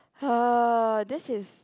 this is